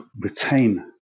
retain